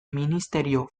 ministerio